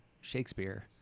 shakespeare